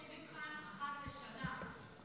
יש מבחן אחת לשנה.